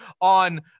on